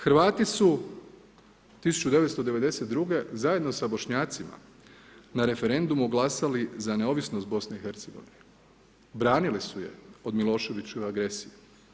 Hrvati su 1992. zajedno sa Bošnjacima na referendumu glasali za neovisnost BiH-a, branili su je od Miloševićeve agresije.